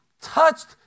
touched